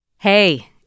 Hey